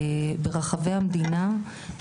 ברחבי המדינה.